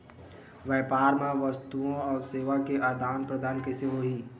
व्यापार मा वस्तुओ अउ सेवा के आदान प्रदान कइसे होही?